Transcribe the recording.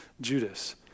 Judas